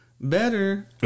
better